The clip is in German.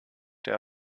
der